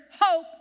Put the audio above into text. hope